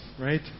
right